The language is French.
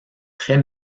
très